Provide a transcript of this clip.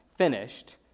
Finished